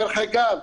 דרך אגב,